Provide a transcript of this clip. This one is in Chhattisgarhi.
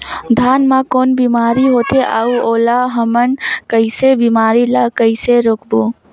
धान मा कौन बीमारी होथे अउ ओला हमन कइसे बीमारी ला कइसे रोकबो?